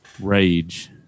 rage